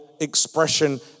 expression